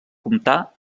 comptà